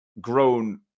grown